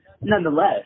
nonetheless